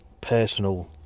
personal